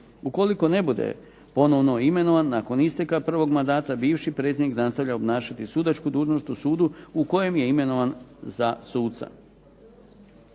Ukoliko ne bude ponovno imenovan nakon isteka prvog mandata bivši predsjednik nastavlja obnašati sudačku dužnost u sudu u kojem je imenovan za suca.